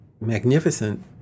magnificent